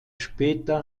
später